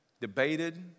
debated